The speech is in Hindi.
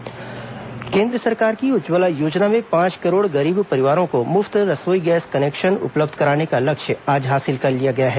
उज्जवला योजना केंद्र सरकार की उज्जवला योजना में पांच करोड़ गरीब परिवारों को मुफ्त रसोई गैस कनेक्शन उपलब्ध कराने का लक्ष्य आज हासिल कर लिया है